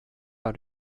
war